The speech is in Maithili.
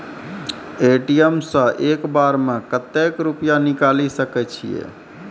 ए.टी.एम सऽ एक बार म कत्तेक रुपिया निकालि सकै छियै?